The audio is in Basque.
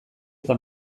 eta